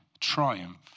triumph